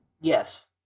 Yes